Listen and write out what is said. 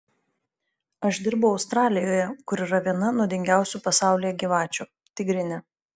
aš dirbau australijoje kur yra viena nuodingiausių pasaulyje gyvačių tigrinė